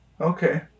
Okay